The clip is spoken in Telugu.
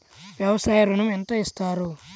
వ్యవసాయ ఋణం ఎంత ఇస్తారు?